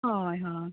हय हय